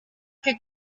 que